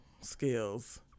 ...skills